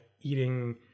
eating